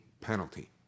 penalty